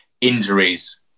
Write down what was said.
injuries